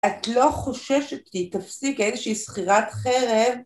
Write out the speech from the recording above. ‫את לא חוששת שהיא תפסיק ‫איזושהי שכירת חרב?